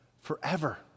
forever